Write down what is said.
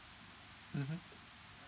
mmhmm